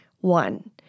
one